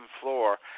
floor